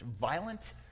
violent